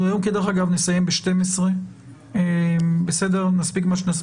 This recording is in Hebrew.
אנחנו נסיים היום את הדיון ב-12:00 ונספיק מה שנספיק.